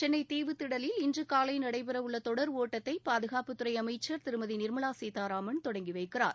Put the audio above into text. சென்னை தீவுத் திடலில் இன்று காலை நடைபெறவுள்ள தொடர் ஒட்டத்தை பாதுகாப்புத் துறை அமைச்சர் திருமதி நிர்மலா சீதாராமன் தொடங்கி வைக்கிறார்